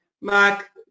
Mark